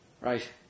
Right